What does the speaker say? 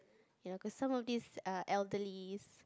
you know cause some of this uh elderly